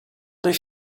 their